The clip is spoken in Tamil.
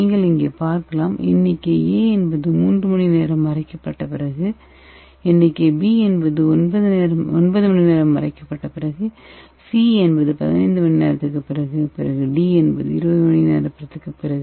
நீங்கள் இங்கே பார்க்கலாம் எண்ணிக்கை A என்பது 3 மணி நேர அரைக்கப்பட்ட பிறகு எண்ணிக்கை B என்பது 9 மணி நேர நேரத்திற்குப் பிறகு C என்பது 15 மணி நேரத்திற்குப் பிறகு D என்பது 20 மணி நேர அரைத்த பிறகு